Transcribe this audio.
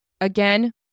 again